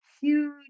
huge